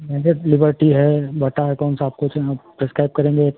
जैसे लिबर्टी है बाटा है कौन सा आप कौन से आप प्रिस्क्राइब करेंगे